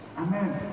Amen